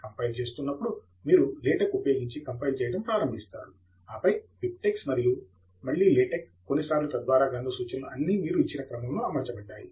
compile చేస్తున్నప్పుడు మీరు LaTeX ఉపయోగించి కంపైల్ చేయడం ప్రారంభిస్తారు ఆపై బిబ్ టెక్స్ మరియు మళ్ళీ లేటెక్ కొన్ని సార్లు తద్వారా గ్రంథ సూచనలు అన్నీ మీరు ఇచ్చిన క్రమంలో అమర్చబడ్డాయి